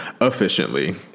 efficiently